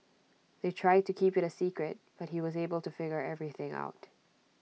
they tried to keep IT A secret but he was able to figure everything out